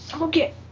Okay